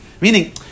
Meaning